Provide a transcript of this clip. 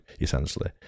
essentially